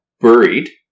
buried